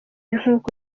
nkuko